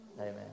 Amen